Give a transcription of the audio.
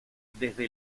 desde